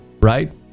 right